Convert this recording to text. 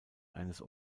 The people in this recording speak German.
eines